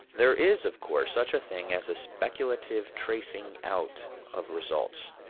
there is, of course, such a thing as a speculative tracing out of results.